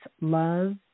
love